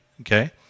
okay